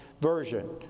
version